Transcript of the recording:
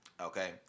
Okay